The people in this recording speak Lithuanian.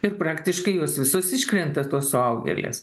ir praktiškai jos visos iškrenta tos suaugėlės